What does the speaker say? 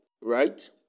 right